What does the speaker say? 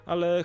Ale